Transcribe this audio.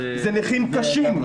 מדובר בנכים קשים,